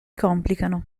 complicano